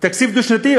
תקציב דו-שנתי,